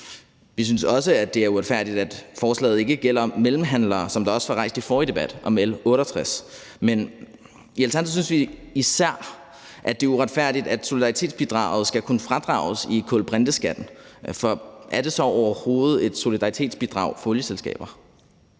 Vi synes også, at det er uretfærdigt, at forslaget ikke gælder mellemhandlere, hvilket også blev rejst i forrige debat om L 68. Men i Alternativet synes vi især, det er uretfærdigt, at solidaritetsbidraget skal kunne fradrages i kulbrinteskatten, for er det så overhovedet et solidaritetsbidrag fra olieselskaber?